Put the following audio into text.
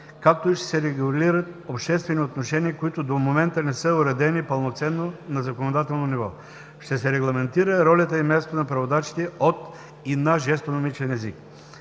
както и ще се регулират обществени отношения, които до момента не са уредени пълноценно на законодателно ниво. Ще се регламентира ролята и мястото на преводачите от и на жестомимичен език.